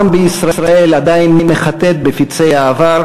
אך העם בישראל עדיין מחטט בפצעי העבר